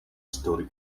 story